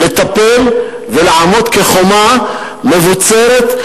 לטפל ולעמוד כחומה מבוצרת,